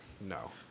No